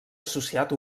associat